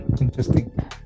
Interesting